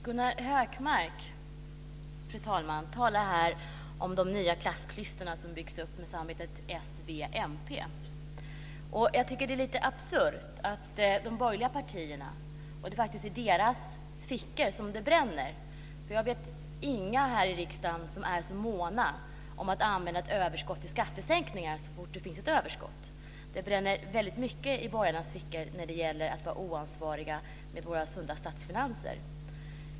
Fru talman! Gunnar Hökmark talade här om de nya klassklyftor som byggts upp i och med samarbetet mellan s, v och mp. Jag tycker att det är lite absurt. Det är faktiskt i de borgerliga partiernas fickor som det bränner. Jag vet inga här i riksdagen som är så måna om att så snart det finns ett överskott använda detta till skattesänkningar. Det bränner väldigt mycket i borgarnas fickor när det gäller att vara oansvarig med våra sunda statsfinanser.